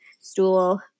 stool